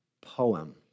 poem